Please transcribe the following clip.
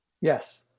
Yes